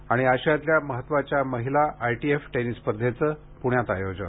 आणि आशियातल्या महत्वाच्या महिला आयटीएफ टेनिस स्पर्धेचं पुण्यात आयोजन